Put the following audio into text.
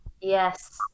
yes